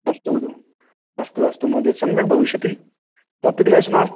अस्तु अस्तु अस्तु महोदय सम्यक् भविष्यति कोऽपि क्लेशो नास्ति